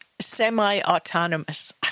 semi-autonomous